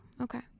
okay